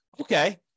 Okay